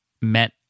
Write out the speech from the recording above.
met